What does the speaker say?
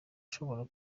ushobora